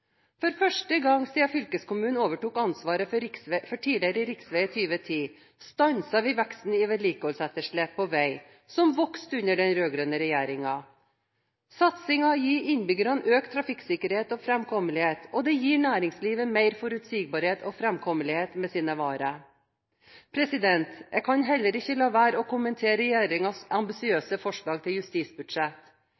For første gang siden fylkeskommunene overtok ansvaret for tidligere riksveier i 2010, stanser vi veksten i vedlikeholdsetterslepet på vei, som vokste under den rød-grønne regjeringen. Satsingen gir innbyggerne økt trafikksikkerhet og framkommelighet, og det gir næringslivet mer forutsigbarhet og framkommelighet for varene sine. Jeg kan heller ikke la være å kommentere